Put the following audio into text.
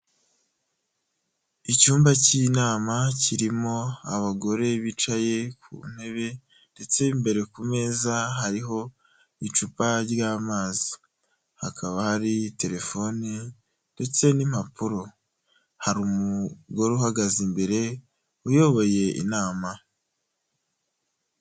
Icyumba cy'inama kirimo abagore bicaye ku ntebe ndetse imbere ku meza hariho icupa ry'amazi, hakaba hari telefoni ndetse n'impapuro hari umugore uhagaze imbere uyoboye inama.